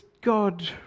God